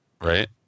Right